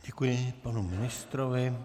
Děkuji panu ministrovi.